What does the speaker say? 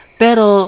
pero